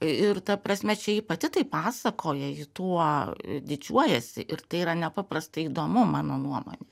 ir ta prasme čia ji pati taip pasakoja ji tuo didžiuojuosi ir tai yra nepaprastai įdomu mano nuomone